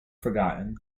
forgotten